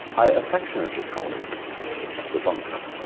i affectionately call it the bunker.